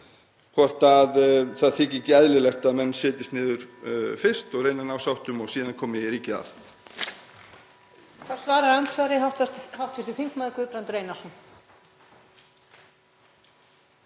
hvort það þyki ekki eðlilegt að menn setjist niður fyrst og reyna að ná sáttum og síðan komi ríkið að.